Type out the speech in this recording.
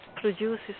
produces